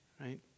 Right